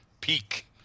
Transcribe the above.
peak